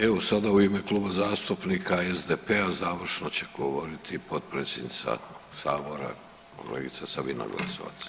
Evo sada u ime Kluba zastupnika SDP-a završno će govoriti potpredsjednica sabora, kolegica Sabina Glasovac.